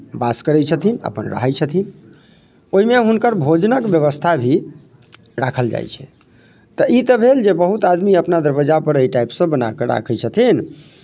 वास करै छथिन अपन रहै छथिन ओहिमे हुनकर भोजनक व्यवस्था भी राखल जाइ छै तऽ ई तऽ भेल जे बहुत आदमी अपना दरवज्जापर एहि टाइपसँ बना कऽ राखै छथिन